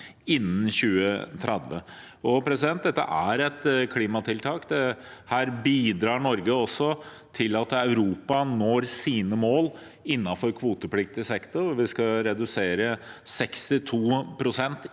innen 2030. Dette er et klimatiltak. Her bidrar Norge også til at Europa når sine mål innenfor kvotepliktig sektor. Det skal reduseres med